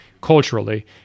culturally